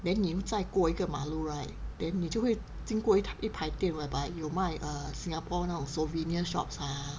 then 你又再过一个马路 right then 你就会经过一排店 whereby 有卖 err Singapore 那种 souvenir shops ah